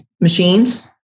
machines